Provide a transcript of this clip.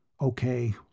Okay